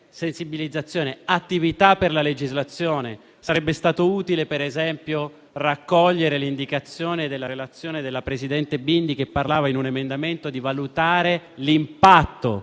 sensibilizzazione e attività per la legislazione. Sarebbe stato utile, per esempio, raccogliere le indicazioni della relazione della presidente Bindi che in un emendamento parlava di valutare l'impatto